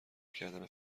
کردن